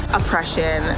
oppression